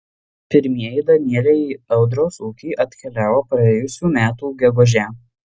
pirmieji danieliai į audriaus ūkį atkeliavo praėjusių metų gegužę